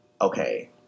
Okay